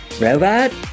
Robot